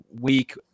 week